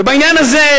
בעניין הזה,